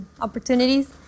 opportunities